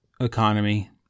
economy